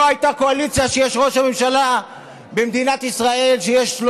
לא הייתה קואליציה שיש בה ראש ממשלה במדינת ישראל שיש לו